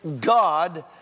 God